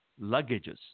luggages